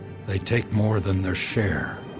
they take more than their share,